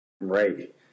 right